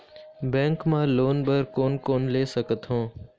Bank मा loan बर कोन कोन ले सकथों?